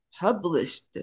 published